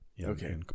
Okay